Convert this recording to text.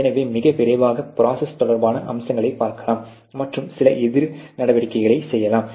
எனவே மிக விரைவாக ப்ரோசஸ் தொடர்பான அம்சங்களைப் பார்க்கலாம் மற்றும் சில எதிர் நடவடிக்கைகளைச் செய்யலாம்